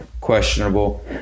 questionable